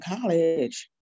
college